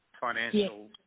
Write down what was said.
financial